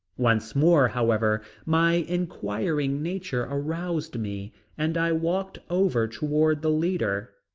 once more, however, my inquiring nature aroused me and i walked over toward the leader.